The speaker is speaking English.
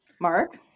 mark